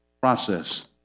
process